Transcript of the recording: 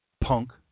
Punk